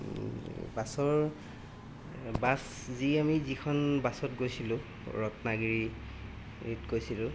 বাছৰ বাছ যি আমি যিখন বাছত গৈছিলোঁ ৰত্নাগিৰিত গৈছিলোঁ